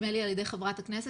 נדמה לי על ידי חברת הכנסת,